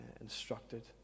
instructed